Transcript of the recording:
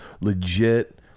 legit